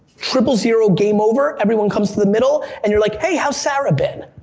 triple zero, game over, everyone comes to the middle, and you're like, hey, how's sarah been?